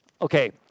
Okay